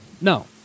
No